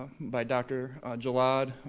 by dr. gellad,